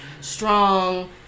strong